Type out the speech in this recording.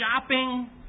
Shopping